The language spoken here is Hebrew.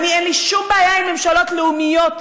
אין לי שום בעיה עם ממשלות לאומיות,